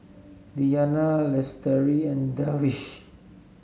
Diyana Lestari and Darwish